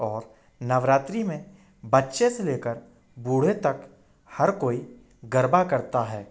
और नवरात्रि में बच्चे से ले कर बूढ़े तक हर कोई गरबा करता है